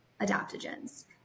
adaptogens